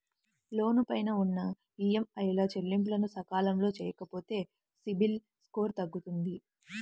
లోను పైన ఉన్న ఈఎంఐల చెల్లింపులను సకాలంలో చెయ్యకపోతే సిబిల్ స్కోరు తగ్గుతుంది